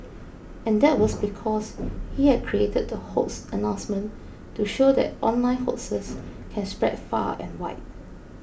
and that was because he had created the hoax announcement to show that online hoaxes can spread far and wide